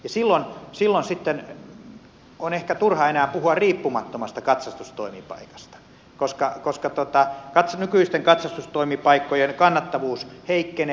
silloin sitten on ehkä turha enää puhua riippumattomasta katsastustoimipaikasta koska nykyisten katsastustoimipaikkojen kannattavuus heikkenee